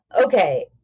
Okay